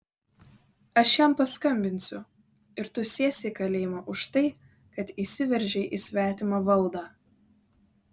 aš jam paskambinsiu ir tu sėsi į kalėjimą už tai kad įsiveržei į svetimą valdą